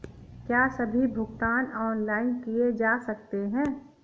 क्या सभी भुगतान ऑनलाइन किए जा सकते हैं?